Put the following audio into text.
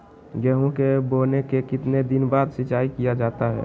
गेंहू के बोने के कितने दिन बाद सिंचाई किया जाता है?